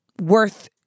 worth